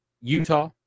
utah